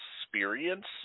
experience